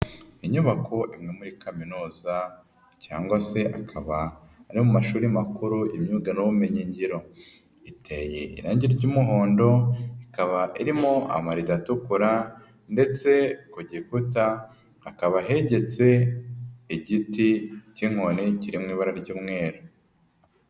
Inyubako imwe muri kaminuza cyangwa se akaba ari mu mashuri makuru y'imyuga n'ubumenyi ngiro, iteye irange ry'umuhondo ikaba irimo amarido atukura ndetse ku gikuta hakaba hegetse igiti cy'inkoni kiri mu ibara ry'umweru.